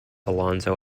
alonzo